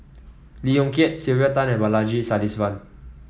Lee Yong Kiat Sylvia Tan and Balaji Sadasivan